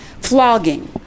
flogging